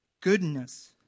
goodness